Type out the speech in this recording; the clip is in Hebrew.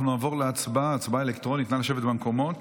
אנחנו נעבור להצבעה אלקטרונית, נא לשבת במקומות.